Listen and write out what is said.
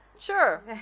sure